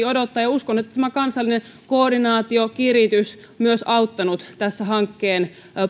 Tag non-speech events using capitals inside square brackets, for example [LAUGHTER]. [UNINTELLIGIBLE] odottaa ja uskon että tämä kansallinen koordinaatiokiritys on myös auttanut tässä hankkeen